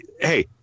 Hey